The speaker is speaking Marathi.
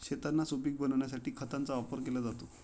शेतांना सुपीक बनविण्यासाठी खतांचा वापर केला जातो